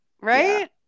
Right